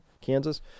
Kansas